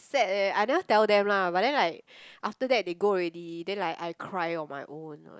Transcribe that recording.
sad eh I never tell them lah but then like after that they go already then like I cry on my own one